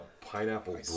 pineapple